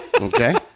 Okay